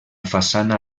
façana